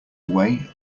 away